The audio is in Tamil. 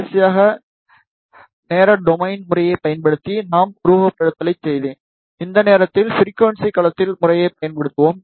கடைசியாக நேர டொமைன் முறையைப் பயன்படுத்தி நான் உருவகப்படுத்துதலைச் செய்தேன் இந்த நேரத்தில் ஃபிரிகுவன்ஸி களத்தில் முறையைப் பயன்படுத்துவோம்